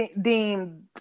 deemed